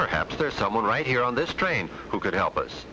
perhaps or someone right here on this train who could help us